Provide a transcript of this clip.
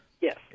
Yes